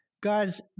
Guys